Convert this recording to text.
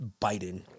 Biden